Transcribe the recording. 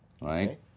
right